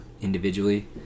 individually